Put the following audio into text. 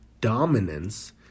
dominance